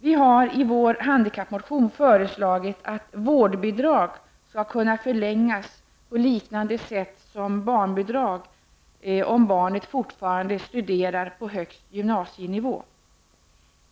Vi har i vår handikappmotion föreslagit att vårdbidrag skall kunna förlängas på liknande sätt som barnbidrag om barnet fortfarande studerar på högst gymnasienivå.